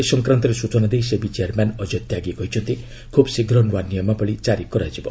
ଏ ସଂକ୍ରାନ୍ତରେ ସ୍ଟଚନା ଦେଇ ସେବି ଚେୟାର୍ମ୍ୟାନ୍ ଅଜୟ ତ୍ୟାଗି କହିଛନ୍ତି ଖୁବ୍ ଶୀଘ୍ର ନୂଆ ନିୟମାବଳୀ ଜାରି କରାଯିବ